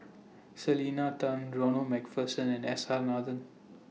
Selena Tan Ronald MacPherson and S R Nathan